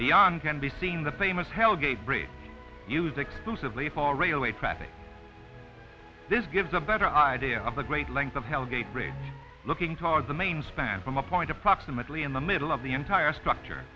the on can be seen the famous hell gate bridge used exclusively for railway traffic this gives a better idea of the great length of hell gate bridge looking to our the main span from a point approximately in the middle of the entire structure